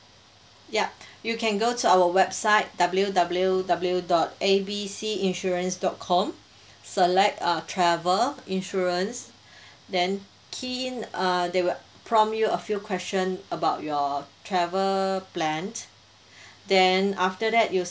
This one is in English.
ya you can go to our website W W W dot A B C insurance dot com select uh travel insurance then key in uh they will prompt you a few question about your travel plan then after that you